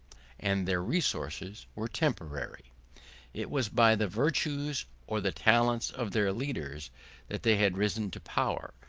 and their resources were temporary it was by the virtues or the talents of their leaders that they had risen to power.